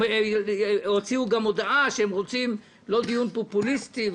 הם הוציאו גם הודעה שהם לא רוצים דיון פופוליסטי.